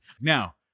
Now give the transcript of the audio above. Now